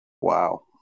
Wow